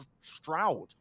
Stroud